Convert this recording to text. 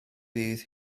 bydd